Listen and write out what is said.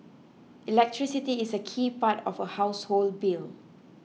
electricity is a key part of a household bill